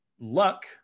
Luck